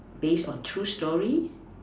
based on true story